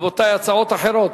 רבותי, הצעות אחרות.